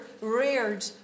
reared